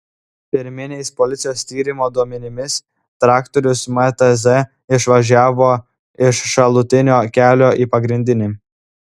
pirminiais policijos tyrimo duomenimis traktorius mtz išvažiavo iš šalutinio kelio į pagrindinį